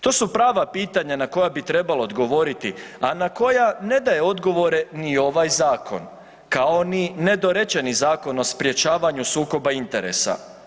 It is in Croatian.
To su prava pitanja na koja bi trebalo odgovoriti, a na koja ne daje odgovore ni ovaj zakon, kao ni nedorečeni Zakon o sprječavanju sukoba interesa.